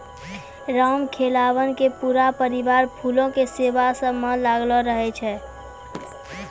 रामखेलावन के पूरा परिवार फूलो के सेवा म लागलो रहै छै